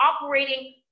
operating